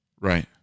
Right